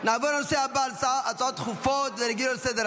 נעבור לנושא הבא, הצעות דחופות לסדר-היום.